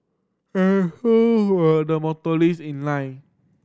and so were the motorcyclist in line